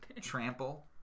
trample